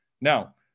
Now